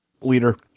leader